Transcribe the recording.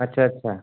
अच्छा अच्छा